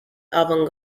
avant